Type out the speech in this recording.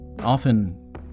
often